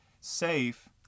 safe